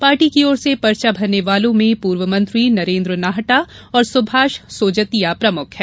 party की ओर से पर्चा भरने वालों में पूर्व मंत्री नरेन्द्र नाहटा और सुभाष सोजतिया प्रमुख हैं